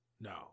No